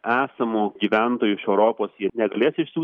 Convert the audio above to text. esamų gyventojų iš europos jie negalės išsiųst